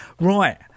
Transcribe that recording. Right